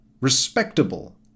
respectable